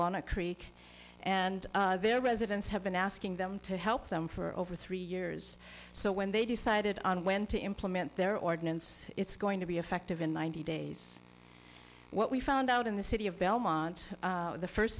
a creek and their residents have been asking them to help them for over three years so when they decided on when to implement their ordinance it's going to be effective in ninety days what we found out in the city of belmont the first